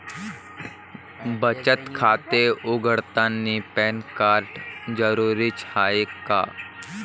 बचत खाते उघडतानी पॅन कार्ड जरुरीच हाय का?